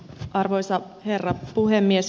arvoisa herra puhemies